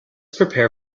prepare